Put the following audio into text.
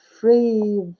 free